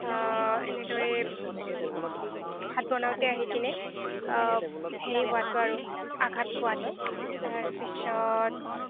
এনেদৰে ভাত বনাওঁতে আহিকেনে হেৰি হোৱাটো আৰু আঘাত পোৱাটো তাৰপিছত